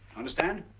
understand?